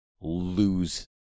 lose